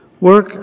Work